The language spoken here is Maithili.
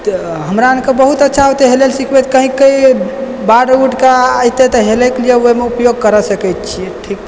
तऽ हमरा आरके बहुत अच्छा होतै हेलय लए सिखबै कही बाढ़ उठ के एतय तऽ हेलयके लिए ओहिमे उपयोग करि सकै छियै ठीक छै